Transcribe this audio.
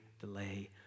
delay